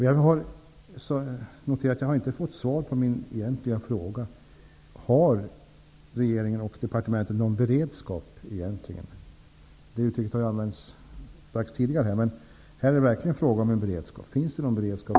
Jag noterar att jag inte har fått svar på min egentliga fråga: Har regeringen och departementet någon beredskap för den här situationen? Det uttrycket har använts alldeles nyss, men här är det verkligen fråga om en beredskap.